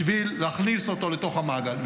בשביל להכניס אותו לתוך המעגל.